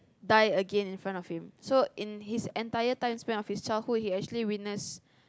die again in front of him so in his entire time span of his childhood he actually witness